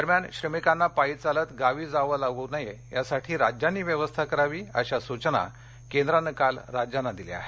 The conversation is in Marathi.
दरम्यान श्रमिकांना पायी चालत गावी जावं लागू नये यासाठी राज्यांनी व्यवस्था करावी अशा सूचना केंद्रानं काल राज्यांना दिल्या आहेत